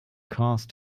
cause